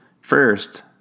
First